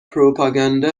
پروپاگانده